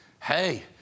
Hey